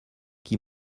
qui